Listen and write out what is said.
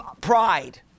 pride